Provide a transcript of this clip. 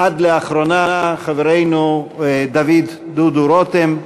עד לאחרונה, חברנו דוד דודו רותם.